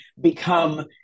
become